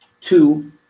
two